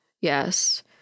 Yes